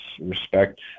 respect